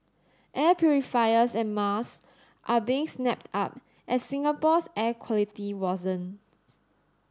air purifiers and masks are being snapped up as Singapore's air quality worsen